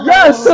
Yes